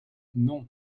non